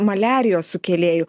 maliarijos sukėlėjų